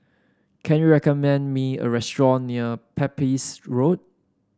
can you recommend me a restaurant near Pepys Road